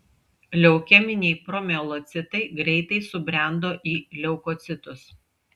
leukeminiai promielocitai greitai subrendo į leukocitus